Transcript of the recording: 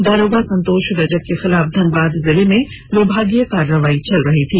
दारोगा संतोष रजक के खिलाफ धनबाद जिले में विभागीय कार्रवाई चल रही थी